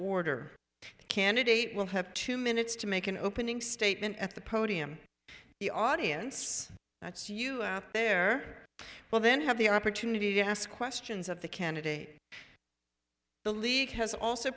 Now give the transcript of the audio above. order candidate will have two minutes to make an opening statement at the podium the audience that's you there will then have the opportunity to ask questions of the candidate the lead has also